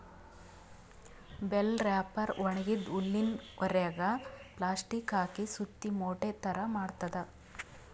bell wrapper ಒಣಗಿದ್ದ್ ಹುಲ್ಲಿನ್ ಹೊರೆಗ್ ಪ್ಲಾಸ್ಟಿಕ್ ಹಾಕಿ ಸುತ್ತಿ ಮೂಟೆ ಥರಾ ಮಾಡ್ತದ್